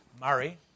Murray